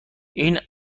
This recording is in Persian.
این